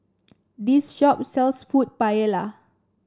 this shop sells food Paella